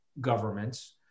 governments